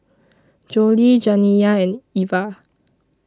Jolie Janiya and Eva